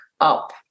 up